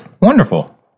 Wonderful